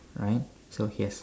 right so he has